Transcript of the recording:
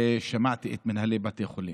ושמעתי את מנהלי בתי החולים.